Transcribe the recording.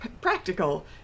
practical